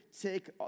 take